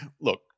look